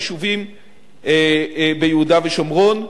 היישובים ביהודה ושומרון,